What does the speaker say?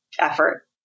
effort